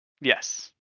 Yes